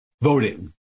voting